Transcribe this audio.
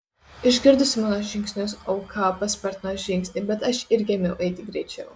išgirdusi mano žingsnius auka paspartino žingsnį bet aš irgi ėmiau eiti greičiau